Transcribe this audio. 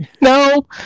no